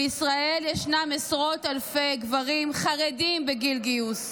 בישראל ישנם עשרות אלפי גברים חרדים בגיל גיוס.